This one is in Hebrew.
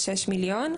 26 מיליון,